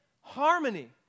harmony